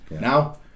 Now